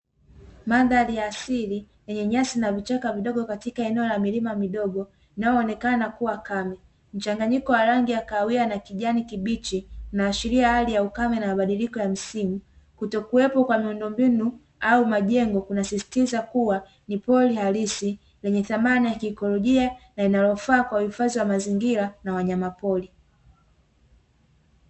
Mandhari ya asili yenye nyasi na vichaka vidogo katika eneo la milima midogo inayo onekana kuwa kame, mchanganyiko wa rangi ya kahawia na kijani kibichi inaashiria hali ya ukame na mabadiriko ya msimu. Kutokuwepo kwa miundombinu au majengo kuna sisitiza kuwa ni pori halisi yenye thamana ya kiikolojia na inayofaa kwa huifadhi wa mazingira na wanyama pori.